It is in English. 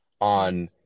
on